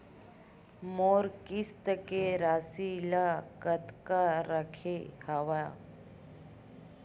मोर किस्त के राशि ल कतका रखे हाव?